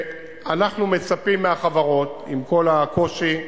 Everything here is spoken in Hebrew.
אנחנו מצפים מהחברות, עם כל הקושי,